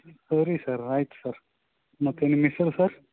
ಸರಿ ಸರ್ ಆಯ್ತು ಸರ್ ಮತ್ತು ನಿಮ್ಮ ಹೆಸ್ರು ಸರ್